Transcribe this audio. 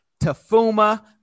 Tafuma